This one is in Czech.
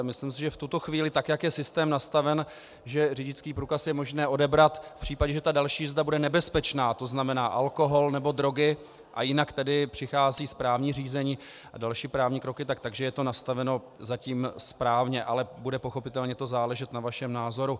Myslím si, že v tuto chvíli, tak jak je systém nastaven, řidičský průkaz je možné odebrat v případě, že ta další jízda bude nebezpečná, to znamená alkohol nebo drogy, a jinak přichází správní řízení a další právní kroky, tak že je to nastaveno zatím správně, ale bude to pochopitelně záležet na vašem názoru.